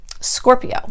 Scorpio